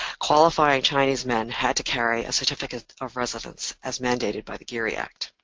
qualified chinese men had to carry a certificate of residence as mandated by the geary act.